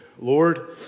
Lord